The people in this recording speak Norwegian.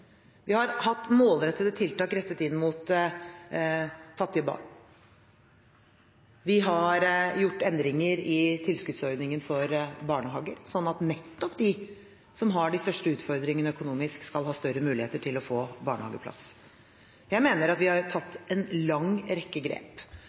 Vi har hatt målrettede tiltak rettet inn mot fattige barn, vi har gjort endringer i tilskuddsordningen for barnehager, slik at nettopp de som har de største utfordringene økonomisk, skal ha større muligheter til å få barnehageplass. Jeg mener at vi har